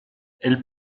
elle